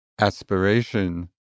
aspiration